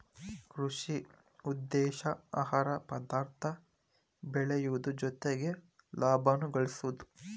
ಕೃಷಿ ಉದ್ದೇಶಾ ಆಹಾರ ಪದಾರ್ಥ ಬೆಳಿಯುದು ಜೊತಿಗೆ ಲಾಭಾನು ಗಳಸುದು